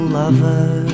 lover